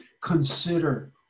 consider